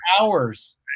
hours